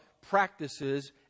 practices